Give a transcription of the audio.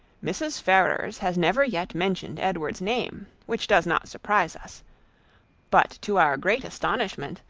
mrs. ferrars has never yet mentioned edward's name, which does not surprise us but, to our great astonishment,